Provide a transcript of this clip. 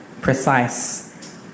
precise